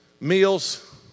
Meals